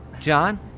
John